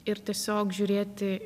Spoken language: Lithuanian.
ir tiesiog žiūrėti